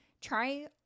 Try